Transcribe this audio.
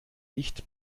licht